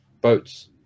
boats